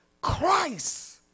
Christ